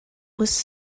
was